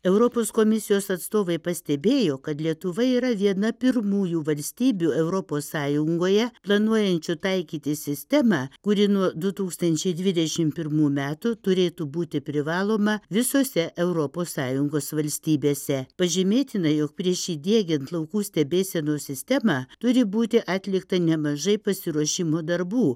europos komisijos atstovai pastebėjo kad lietuva yra viena pirmųjų valstybių europos sąjungoje planuojančių taikyti sistemą kuri nuo du tūkstančiai dvidešim pirmų metų turėtų būti privaloma visose europos sąjungos valstybėse pažymėtina jog prieš įdiegiant laukų stebėsenos sistemą turi būti atlikta nemažai pasiruošimo darbų